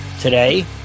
Today